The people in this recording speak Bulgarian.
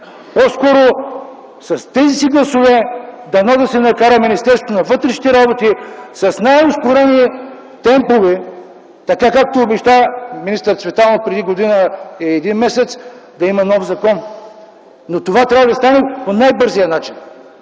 По-скоро с тези си гласове дано да се накара Министерството на вътрешните работи с най-ускорени темпове, както обеща министър Цветанов преди година и един месец, да има нов закон. Това трябва да стане по най-бързия начин